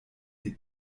die